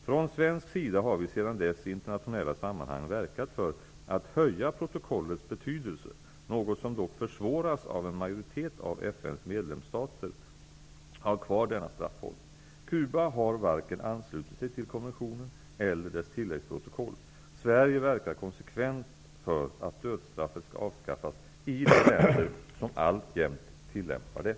Från svensk sida har vi sedan dess i internationella sammanhang verkat för att höja protokollets betydelse, något som dock försvåras av att en majoritet av FN:s medlemsstater har kvar denna strafform. Cuba har varken anslutit sig till konventionen eller dess tilläggsprotokoll. Sverige verkar konsekvent för att dödsstraffet skall avskaffas i de länder som alltjämt tillämpar det.